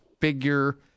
figure